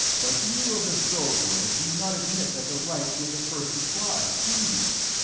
but you of the sov-world do not admit that the wrights were the first to fly, do you?